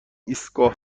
ایستگاه